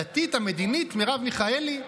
הדתית והמדינית, מרב מיכאלי?